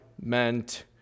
meant